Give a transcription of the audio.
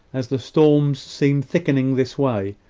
as the storm seems thickening this way.